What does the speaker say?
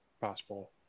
possible